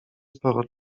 sporo